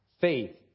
Faith